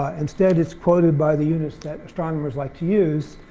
ah instead it's quoted by the units that astronomers like to use.